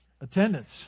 Attendance